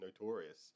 notorious